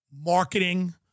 marketing